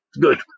good